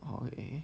ya okay